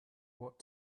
what